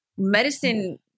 medicine